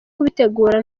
kubitegura